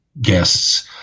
guests